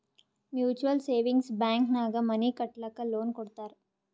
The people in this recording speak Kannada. ಮ್ಯುಚುವಲ್ ಸೇವಿಂಗ್ಸ್ ಬ್ಯಾಂಕ್ ನಾಗ್ ಮನಿ ಕಟ್ಟಲಕ್ಕ್ ಲೋನ್ ಕೊಡ್ತಾರ್